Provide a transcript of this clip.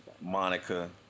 Monica